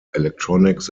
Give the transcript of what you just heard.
electronics